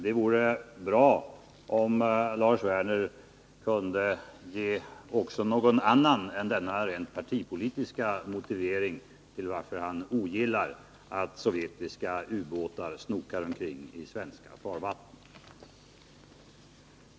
Det vore bra om Lars Werner kunde ge någon annan än denna partipolitiska motivering för att han ogillar att sovjetiska ubåtar snokar omkring i svenska farvatten.